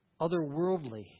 otherworldly